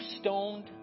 stoned